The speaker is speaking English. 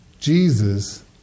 Jesus